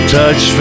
touch